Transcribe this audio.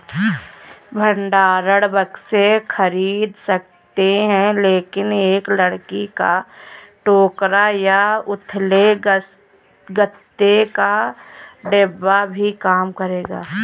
भंडारण बक्से खरीद सकते हैं लेकिन एक लकड़ी का टोकरा या उथले गत्ते का डिब्बा भी काम करेगा